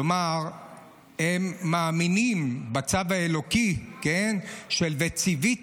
כלומר הם מאמינים בצו האלוקי של "וצויתי